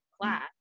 class